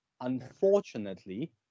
unfortunately